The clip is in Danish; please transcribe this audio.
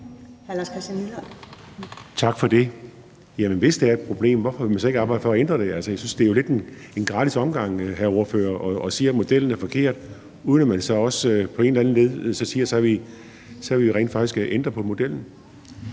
Tak for det. Jamen hvis det er et problem, hvorfor vil man så ikke arbejde for at ændre det? Altså, jeg synes, det lidt er en gratis omgang, hr. ordfører, at sige, at modellen er forkert, uden at man så også på en eller anden led siger, at man så rent faktisk vil ændre på modellen.